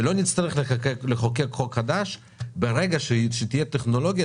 שלא נצטרך לחוקק חוק חדש כאשר תהיה טכנולוגיה